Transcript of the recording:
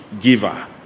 giver